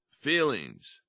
feelings